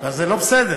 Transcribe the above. אז זה לא בסדר.